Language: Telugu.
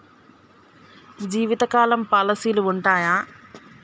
జీవితకాలం పాలసీలు ఉంటయా?